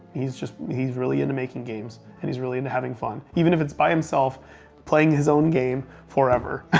he's just, he's really into making games. and he's really into having fun, even if it's by himself playing his own game forever.